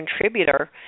contributor